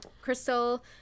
crystal